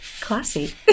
classy